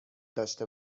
داشته